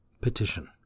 Petition